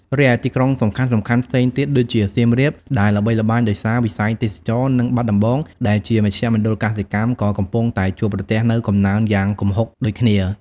រីឯទីក្រុងសំខាន់ៗផ្សេងទៀតដូចជា សៀមរាប ដែលល្បីល្បាញដោយសារវិស័យទេសចរណ៍ និងបាត់ដំបង ដែលជាមជ្ឈមណ្ឌលកសិកម្ម ក៏កំពុងតែជួបប្រទះនូវកំណើនយ៉ាងគំហុកដូចគ្នា។